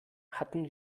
hatten